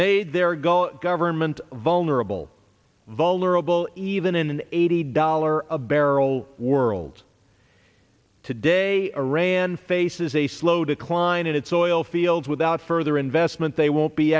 made their goal government vulnerable vulnerable even in an eighty dollar a barrel world today iran faces a slow decline in its oil fields without further investment they won't be